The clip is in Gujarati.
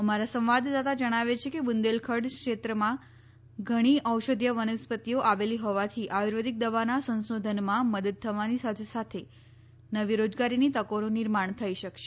અમારા સંવાદદાતા જણાવે છે કે બુંદેલખંડ ક્ષેત્રમાં ધણી ઔષધીય વનસ્પતિઓ આવેલી હોવાથી આર્યુર્વેદીક દવાનાં સંશોધનમાં મદદ થવાની સાથે સાથે નવી રોજગારીની તકોનું નિર્માણ થઈ શકશે